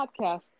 podcast